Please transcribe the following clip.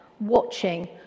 watching